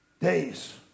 Days